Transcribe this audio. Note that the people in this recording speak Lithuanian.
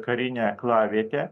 karinę aklavietę